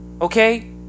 Okay